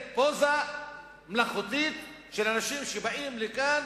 פה פוזה מלאכותית של אנשים שבאים לכאן,